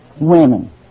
women